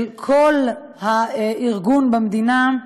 כל הארגון במדינה,